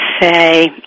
say